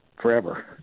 forever